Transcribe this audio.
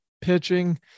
pitching